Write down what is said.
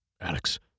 Alex